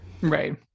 Right